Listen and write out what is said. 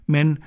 Men